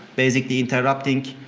basically interrupting